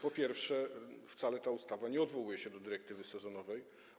Po pierwsze, wcale ta ustawa nie odwołuje się do dyrektywy sezonowej.